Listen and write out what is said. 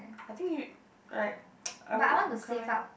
I think you like I would recommend